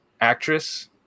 actress